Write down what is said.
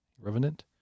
Revenant